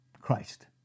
Christ